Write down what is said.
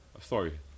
sorry